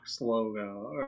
logo